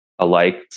alike